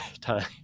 time